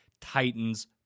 Titans